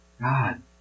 God